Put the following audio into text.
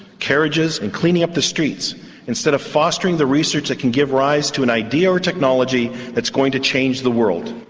carriages and cleaning up the streets instead of fostering the research that can give rise to an idea or technology that is going to change the world.